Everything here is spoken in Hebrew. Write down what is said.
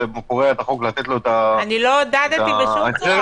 לא עודדתי בשום צורה.